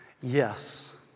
Yes